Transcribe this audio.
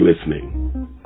listening